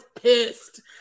pissed